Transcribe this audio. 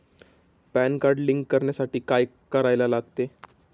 Pan card link करण्यासाठी काय करायला लागते?